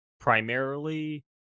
primarily